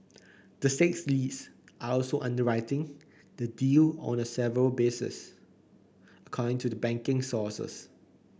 the six leads are also underwriting the deal on a several basis according to the banking sources